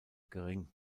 gering